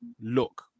look